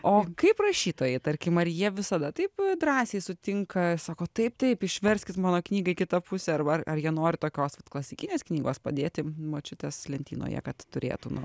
o kaip rašytojai tarkim ar jie visada taip drąsiai sutinka sako taip taip išverskit mano knygą į kitą pusę arba ar jie nori tokios vat klasikinės knygos padėti močiutės lentynoje kad turėtų na